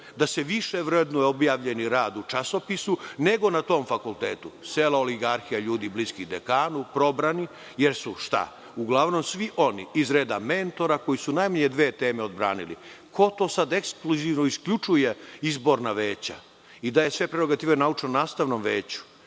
da se više vrednuje objavljeni rad u časopisu nego na tom fakultetu? Sela oligarhija ljudi bliskih dekanu, probrani, jer su uglavnom svi oni iz reda mentora koji su najmanje dve teme odbranili. Ko to sad ekskluzivno isključuje izborna veća i daje sve prerogative naučno-nastavnom veću,